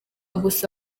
gusa